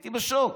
הייתי בשוק.